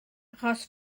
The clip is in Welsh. achos